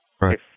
Right